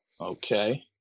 Okay